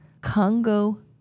Congo